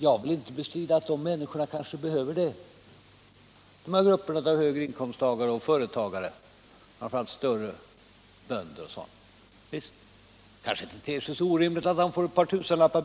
Jag vill inte bestrida att de här grupperna av högre inkomsttagare och företagare, framför allt de större bönderna, behöver detta. Det kanske inte är så orimligt att sådana människor får ytterligare ett par tusenlappar.